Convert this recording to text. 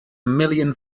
million